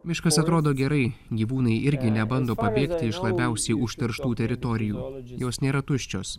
miškas atrodo gerai gyvūnai irgi nebando pabėgti iš labiausiai užterštų teritorijų jos nėra tuščios